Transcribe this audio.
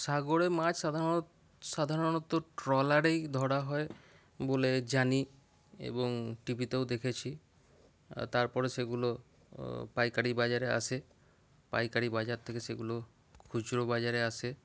সাগরে মাছ সাধারণ সাধারণত ট্রলারেই ধরা হয় বলে জানি এবং টিভিতেও দেখেছি তারপরে সেগুলো পাইকারি বাজারে আসে পাইকারি বাজার থেকে সেগুলো খুচরো বাজারে আসে